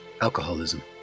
alcoholism